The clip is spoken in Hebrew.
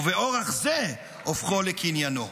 ובאורח זה הופכו לקניינו".